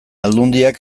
aldundiak